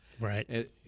Right